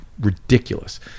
ridiculous